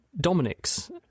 Dominic's